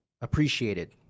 appreciated